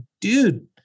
dude